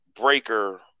Breaker